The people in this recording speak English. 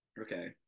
Okay